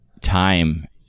Time